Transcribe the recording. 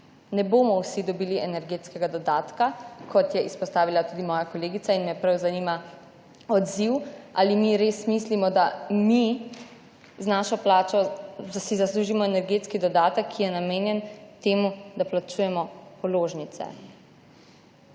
Ne bomo vsi dobili energetskega dodatka, kot je izpostavila tudi moja kolegica in me prav zanima odziv, ali mi res mislimo, da mi z našo plačo si zaslužimo energetski dodatek, ki je namenjen temu, da plačujemo položnice.